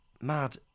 Mad